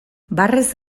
barrez